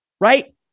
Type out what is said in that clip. right